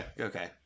okay